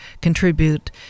contribute